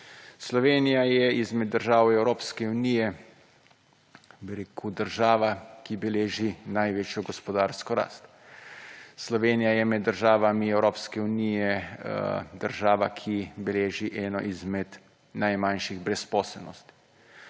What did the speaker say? Slovenija je izmed držav Evropske unije država, ki beleži najvišjo gospodarsko rast. Slovenija je med državami Evropske unije država, ki beleži eno izmed najmanjših brezposelnosti.